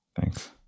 Thanks